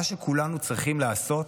מה שכולנו צריכים לעשות